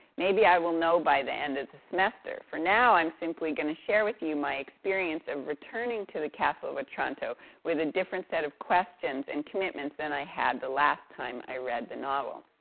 maybe i will know by the end of the semester. for now, i'm simply going to share with you my experience of returning to the castle of otranto with a different set of questions and commitments than i had the last time i read the novel.